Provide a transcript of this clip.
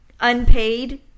unpaid